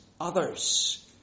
others